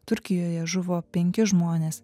turkijoje žuvo penki žmonės